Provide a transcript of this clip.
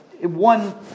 one